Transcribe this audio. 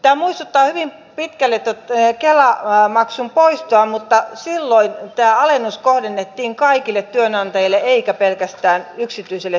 tämä muistuttaa hyvin pitkälle kela maksun poistoa mutta silloin tämä alennus kohdennettiin kaikille työnantajille eikä pelkästään yksityiselle sektorille